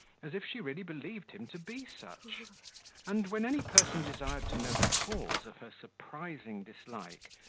as if she really believed him to be such and when any person desired to know the cause of her surprising dislike,